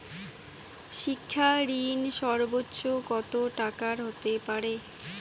শিক্ষা ঋণ সর্বোচ্চ কত টাকার হতে পারে?